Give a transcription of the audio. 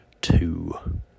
two